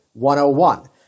101